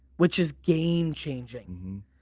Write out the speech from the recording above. which is game-changing.